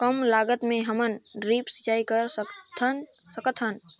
कम लागत मे हमन ड्रिप सिंचाई कर सकत हन?